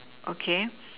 okay